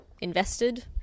invested